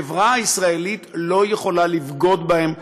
החברה הישראלית לא יכולה לבגוד בהם,